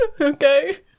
Okay